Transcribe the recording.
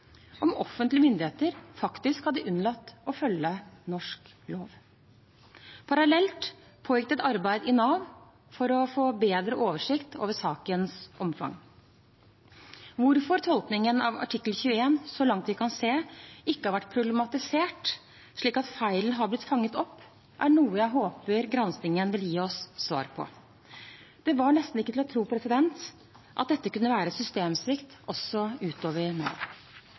om offentlige myndigheter faktisk hadde unnlatt å følge norsk lov. Parallelt pågikk det et arbeid i Nav for å få bedre oversikt over sakens omfang. Hvorfor tolkningen av artikkel 21 – så langt vi kan se – ikke har vært problematisert slik at feilen er blitt fanget opp, er noe jeg håper granskingen vil gi oss svar på. Det var nesten ikke til å tro at dette kunne være en systemsvikt også utover